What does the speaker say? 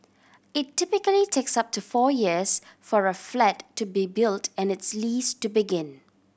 it typically takes up to four years for a flat to be built and its lease to begin